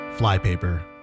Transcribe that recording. Flypaper